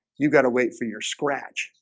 you've got to wait for your scratch